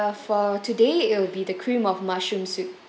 for today it will be the cream of mushroom soup